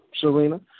Serena